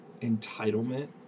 entitlement